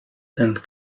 and